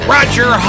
Roger